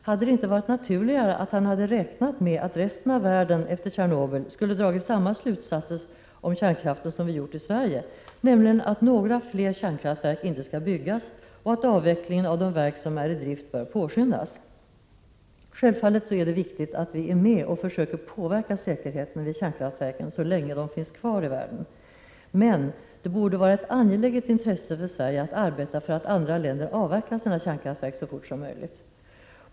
Hade det inte varit naturligare att han hade räknat med att resten av världen, efter Tjernobyl, skulle ha dragit samma slutsatser om kärnkraften som vi har gjort i Sverige, nämligen att några fler kärnkraftverk inte skall byggas och att avvecklingen av de verk som är i drift bör påskyndas? Självfallet är det viktigt att vi är med och försöker påverka säkerheten vid kärnkraftverken i världen så länge de finns kvar. Men det borde vara ett angeläget intresse för Sverige att arbeta för att andra länder avvecklar sina kärnkraftverk så fort som möjligt.